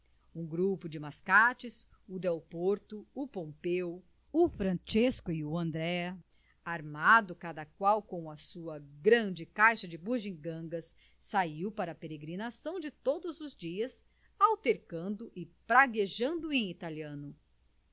um grupo de mascates o delporto o pompeo o francesco e o andréa armado cada qual com a sua grande caixa de bugigangas saiu para a peregrinação de todos os dias altercando e praguejando em italiano